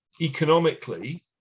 economically